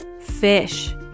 fish